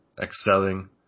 excelling